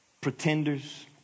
pretenders